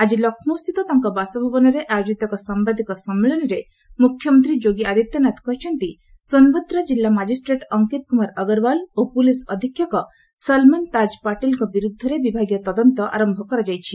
ଆଜି ଲକ୍ଷ୍ରୌସ୍ଥିତ ତାଙ୍କ ବାସଭବନରେ ଆୟୋଜିତ ଏକ ସାମ୍ଭାଦିକ ସମ୍ମିଳନୀରେ ମୁଖ୍ୟମନ୍ତ୍ରୀ ଯୋଗୀ ଆଦିତ୍ୟନାଥ କହିଛନ୍ତି ସୋନ୍ଭଦ୍ରା ଜିଲ୍ଲା ମାଜିଷ୍ଟ୍ରେଟ୍ ଅଙ୍କିତ କୁମାର ଅଗ୍ରୱାଲ୍ ଓ ପୁଲିସ୍ ଅଧୀକ୍ଷକ ସଲ୍ମନ୍ ତାଜ୍ ପାଟିଲ୍ଙ୍କ ବିର୍ଦ୍ଧରେ ବିଭାଗୀୟ ତଦନ୍ତ ଆରମ୍ଭ କରାଯାଇଛି